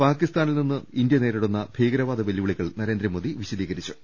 പാകിസ്ഥാനിൽ നിന്ന് ഇന്ത്യ നേരിടുന്ന ഭീകരവാദ വെല്ലുവിളികൾ നരേന്ദ്രമോദി വിശദീകരിച്ചു